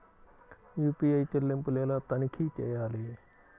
UPI చెల్లింపులు ఎలా తనిఖీ చేయాలి?